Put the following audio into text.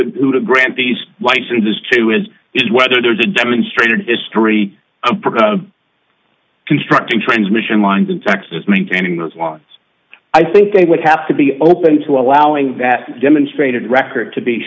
the who to grant these licenses to is is whether there's a demonstrated history of constructing transmission lines in texas maintaining those wants i think they would have to be open to allowing that demonstrated record to be